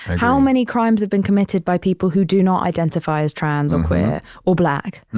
how many crimes have been committed by people who do not identify as trans, um queer or black? and